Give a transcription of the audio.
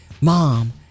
mom